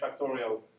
factorial